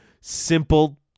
simple